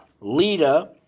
Lita